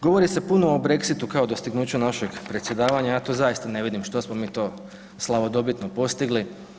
Govori se puno o Brexitu kao dostignuću našeg predsjedavanja ja to zaista ne vidim što smo mi to slavodobitno postigli.